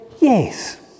Yes